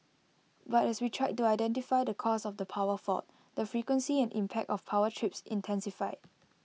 but as we tried to identify the cause of the power fault the frequency and impact of power trips intensified